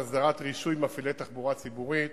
על הסדרת רישוי מפעילי תחבורה ציבורית,